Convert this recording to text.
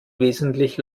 wesentlich